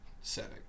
setting